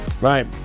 Right